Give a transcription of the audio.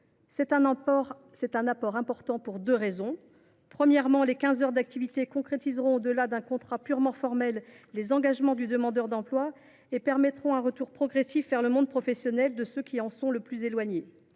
C’est un apport important, pour deux raisons. Premièrement, les quinze heures d’activité concrétiseront, au delà d’un contrat purement formel, les engagements du demandeur d’emploi et permettront un retour progressif vers le monde professionnel de ceux qui en sont le plus éloignés.